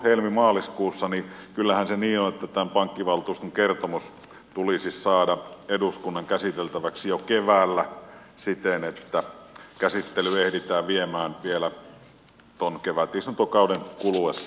kyllähän se niin on että tämän pankkivaltuuston kertomus tulisi saada eduskunnan käsiteltäväksi jo keväällä siten että käsittely ehditään viemään vielä kevätistuntokauden kuluessa läpi